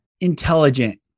intelligent